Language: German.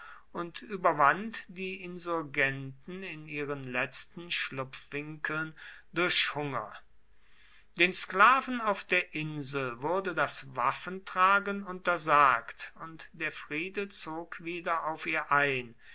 und überwand die insurgenten in ihren letzten schlupfwinkeln durch hunger den sklaven auf der insel wurde das waffentragen untersagt und der friede zog wieder auf ihr ein